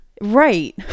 Right